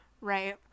right